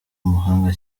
umuhanga